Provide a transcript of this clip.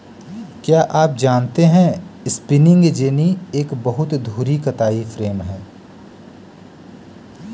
क्या आप जानते है स्पिंनिंग जेनि एक बहु धुरी कताई फ्रेम है?